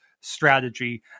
strategy